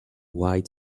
white